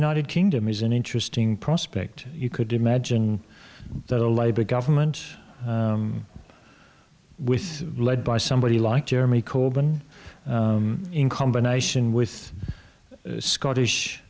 united kingdom is an interesting prospect you could imagine that a labor government with led by somebody like jeremy colgan in combination with scottish